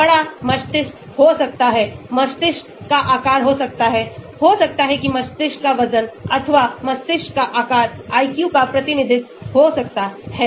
बड़ा मस्तिष्क हो सकता है मस्तिष्क का आकार हो सकता है हो सकता है कि मस्तिष्क का वजन अथवा मस्तिष्क का आकार IQ का प्रतिनिधित्व हो सकता है